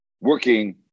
working